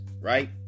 right